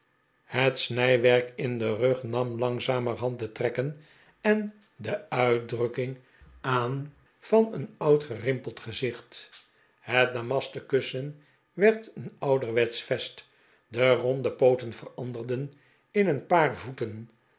het snijwerk in den rug nam langzamerhand de trekken en de uitdrukking aan van een oud gerimpeld gezicht het damasten kussen werd een ouderwetsch vest de ronde pooten veranderden in een paar voeten